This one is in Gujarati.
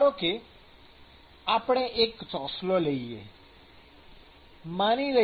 ધારો કે આપણે એક ચોસલો લઈએ છીએ